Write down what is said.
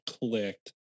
clicked